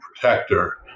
protector